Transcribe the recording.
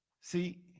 See